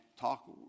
talk